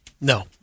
no